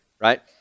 right